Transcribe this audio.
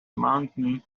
mountain